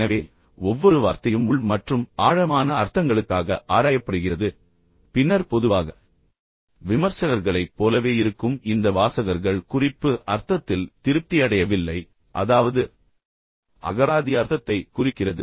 எனவே ஒவ்வொரு வார்த்தையும் உள் மற்றும் ஆழமான அர்த்தங்களுக்காக ஆராயப்படுகிறது பின்னர் பொதுவாக விமர்சகர்களைப் போலவே இருக்கும் இந்த வாசகர்கள் குறிப்பு அர்த்தத்தில் திருப்தி அடையவில்லை அதாவது அகராதி அர்த்தத்தை குறிக்கிறது